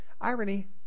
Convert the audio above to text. Irony